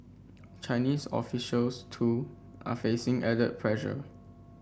Chinese officials too are facing added pressure